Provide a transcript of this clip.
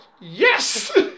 yes